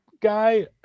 guy